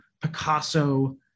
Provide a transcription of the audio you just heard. Picasso